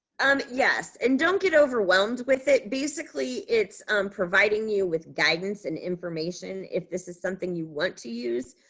and yes and don't get overwhelmed with it. basically it's providing you with guidance and information if this is something you want to use.